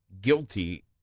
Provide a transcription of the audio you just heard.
guilty